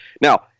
now